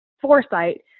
foresight